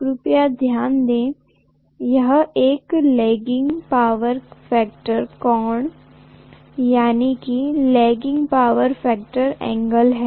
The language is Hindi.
कृपया ध्यान दें यह एक लैगिंग पावर फैक्टर कोण है